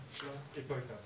תודה על היום הזה בכלל ועל הדיון